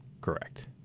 Correct